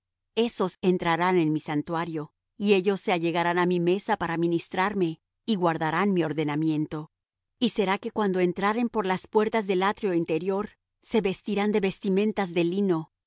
esos entrarán en mi santuario y ellos se allegarán á mi mesa para ministrarme y guardarán mi ordenamiento y será que cuando entraren por las puertas del atrio interior se vestirán de vestimentas de lino no